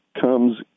comes